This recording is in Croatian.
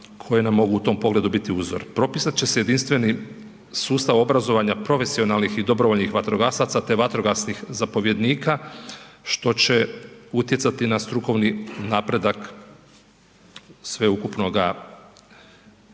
koje nam mogu u tom pogledu biti uzor, propisat će se jedinstveni sustav obrazovanja profesionalnih i dobrovoljnih vatrogasaca, te vatrogasnih zapovjednika, što će utjecati na strukovni napredak sveukupnoga vatrogastva.